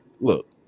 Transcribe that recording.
look